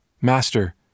Master